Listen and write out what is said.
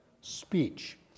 speech